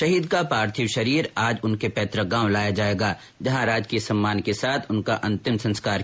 शहीद का पार्थिव शरीर आज उनके पैतुक गांव लाया जाएगा जहां राजकीय सम्मान के साथ उनका अंतिम संस्कार किया जाएगा